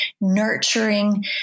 nurturing